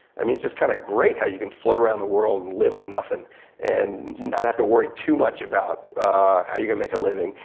i mean it's just kinda great how you can float around the world and live on nothin' and not have to worry too much about how you're gonna make a living,